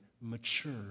mature